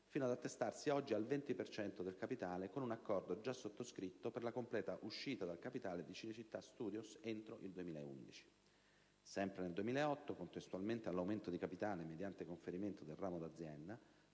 attestandosi ad oggi al 20 per cento del capitale, con un accordo già sottoscritto per la completa uscita dal capitale di Cinecittà Studios entro il 2011. Sempre nel 2008, contestualmente all'aumento di capitale mediante conferimento del ramo d'azienda,